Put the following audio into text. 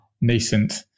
nascent